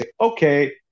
okay